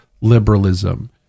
liberalism